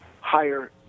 higher